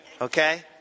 Okay